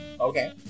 Okay